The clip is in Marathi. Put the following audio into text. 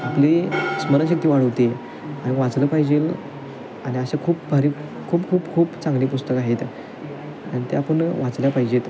आपली स्मरणशक्ती वाढवते आणि वाचलं पाहिजेल आणि असे खूप भारी खूप खूप खूप चांगले पुस्तकं आहेत आणि ते आपण वाचली पाहिजेत